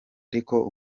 ariko